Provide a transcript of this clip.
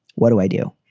what do i do?